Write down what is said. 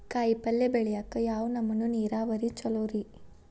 ಕಾಯಿಪಲ್ಯ ಬೆಳಿಯಾಕ ಯಾವ ನಮೂನಿ ನೇರಾವರಿ ಛಲೋ ರಿ?